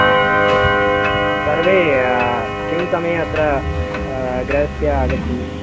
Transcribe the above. हा अस्तु अस्तु सर्वे किं समये अत्र गृहस्य आगच्छन्